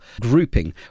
grouping